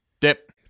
dip